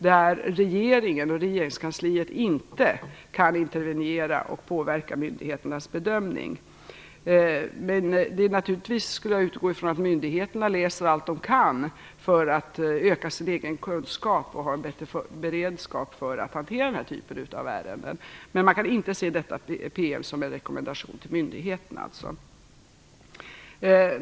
Där kan regeringen och regeringskansliet inte intervenera och påverka myndigheternas bedömning. Jag utgår naturligtvis ifrån att myndigheterna läser allt de kan för att öka sin egen kunskap för att få en bättre beredskap att hantera den här typen av ärenden. Men man kan inte se detta PM som en rekommendation till myndigheterna.